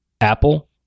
Apple